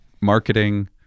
marketing